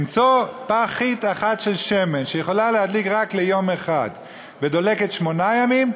למצוא פכית אחת של שמן שיכולה לדלוק רק יום אחד ודולקת שמונה ימים,